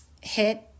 hit